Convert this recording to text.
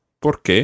Porque